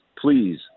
please